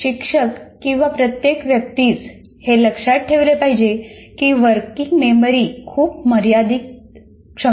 शिक्षक किंवा प्रत्येक व्यक्तीस हे लक्षात ठेवले पाहिजे की वर्किंग मेमरी खूप मर्यादित क्षमतेची असते